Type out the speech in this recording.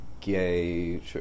gay